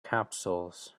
capsules